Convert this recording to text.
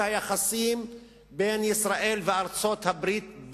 והיחסים בין ישראל לארצות-הברית,